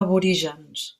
aborígens